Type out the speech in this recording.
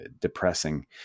depressing